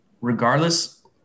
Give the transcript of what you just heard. regardless